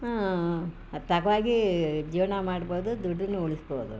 ಅದು ತಗ್ವಾಗಿ ಜೀವನ ಮಾಡ್ಬೋದು ದುಡ್ಡನ್ನು ಉಳಿಸ್ಬೋದು